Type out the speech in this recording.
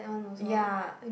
ya